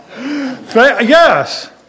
Yes